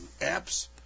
apps